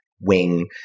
wing